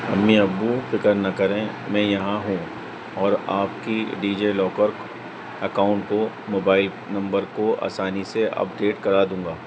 امی ابو فکر نہ کریں میں یہاں ہوں اور آپ کی ڈی جے لاکر اکاؤنٹ کو موبائل نمبر کو آسانی سے اپ ڈیٹ کرا دوں گا